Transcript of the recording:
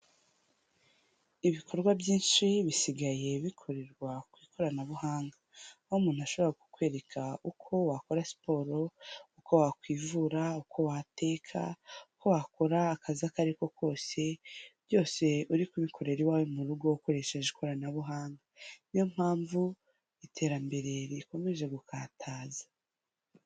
Ibikorwa byinshi bisigaye bikorerwa ku ikoranabuhanga, aho umuntu ashobora kukwereka uko wakora siporo, uko wakwivu, uko wateka, uko wakora akazi ako ari ko kose, byose uri kubikorera iwawe mu rugo ukoresheje ikoranabuhanga, niyo mpamvu iterambere rikomeje gukataza.